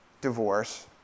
divorce